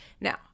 Now